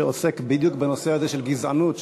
שעוסק בדיוק בנושא הזה של גזענות,